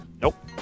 Nope